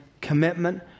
commitment